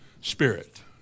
spirit